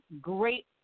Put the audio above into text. great